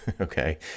okay